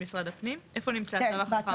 איפה נמצא הצו החכם?